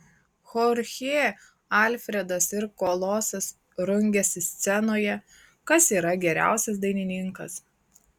chorchė alfredas ir kolosas rungiasi scenoje kas yra geriausias dainininkas